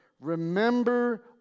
Remember